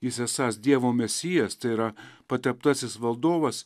jis esąs dievo mesijas tai yra pateptasis valdovas